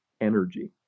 energy